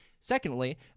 Secondly